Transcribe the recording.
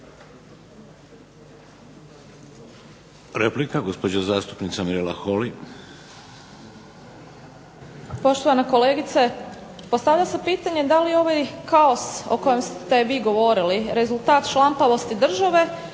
Replika gospođa zastupnica MIrela Holy.